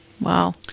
Wow